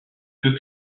peu